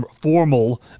formal